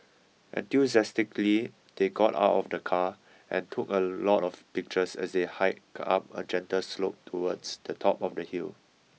enthusiastically they got out of the car and took a lot of pictures as they hiked up a gentle slope towards the top of the hill